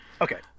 Okay